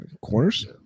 Corners